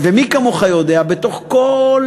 מי כמוך יודע, בתוך כל